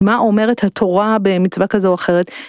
מה אומרת התורה במצווה כזו או אחרת?